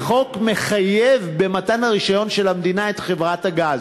שהחוק מחייב במתן הרישיון של המדינה את חברת הגז.